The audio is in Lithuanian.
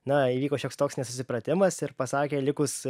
na įvyko šioks toks nesusipratimas ir pasakė likus